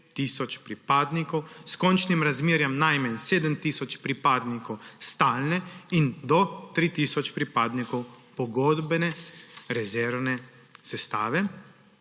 s končnim razmerjem najmanj 7 tisoč pripadnikov stalne in 3 tisoč pripadnikov pogodbene rezervne sestave.